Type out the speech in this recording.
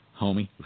Homie